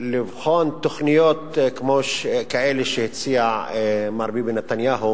לבחון תוכניות כאלה שהציע מר ביבי נתניהו